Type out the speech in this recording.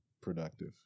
productive